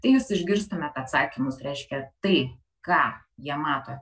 tai jūs išgirstumėt atsakymus reiškia tai ką jie mato